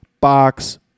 box